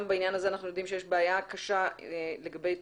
בעניין הזה אנחנו יודעים שיש בעיה קשה לגבי תקציבים.